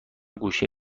گوشی